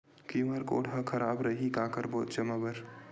QR code हा खराब रही का करबो जमा बर?